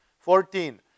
Fourteen